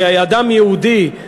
לאדם יהודי,